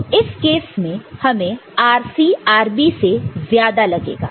तो इस केस में हमें RC RB से ज्यादा लगेगा